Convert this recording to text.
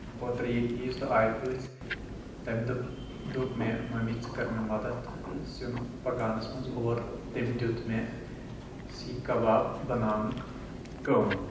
اوترٕ ییٚلہِ عیٖز دۄہ آیہِ پٔژھ تیٚمہِ دۄہ دوٚپ مےٚ ممی ژٕ کر مےٚ مدد سیُن پکاونَس منٛز اور تٔمۍ دیُت مےٚ سیٖکھ کباب بناونُک کٲم